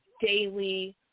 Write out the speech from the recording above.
Daily